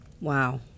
Wow